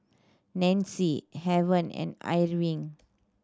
Nancy Heaven and Irving